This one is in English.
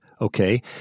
Okay